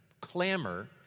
clamor